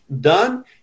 done